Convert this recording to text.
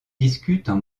discutent